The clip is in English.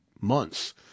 months